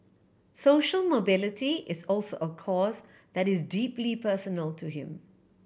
social mobility is also a cause that is deeply personal to him